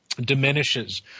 diminishes